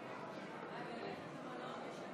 חברי כנסת